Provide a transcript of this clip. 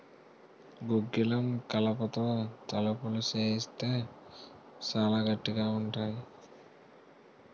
గుగ్గిలం కలపతో తలుపులు సేయిత్తే సాలా గట్టిగా ఉంతాయి